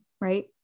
right